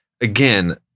again